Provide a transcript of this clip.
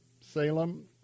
Salem